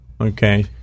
Okay